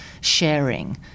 sharing